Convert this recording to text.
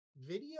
video